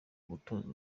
gutozwa